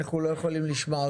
אם אנחנו מאריכים,